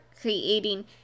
creating